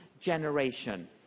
generation